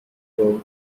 wrote